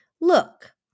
look